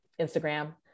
Instagram